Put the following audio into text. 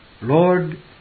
Lord